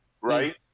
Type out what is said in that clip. Right